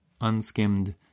unskimmed